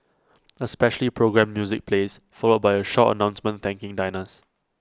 A specially programmed music plays followed by A short announcement thanking diners